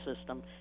system